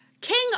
King